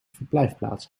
verblijfplaats